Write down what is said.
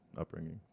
upbringing